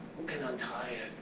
who can untie it?